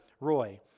Roy